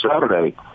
Saturday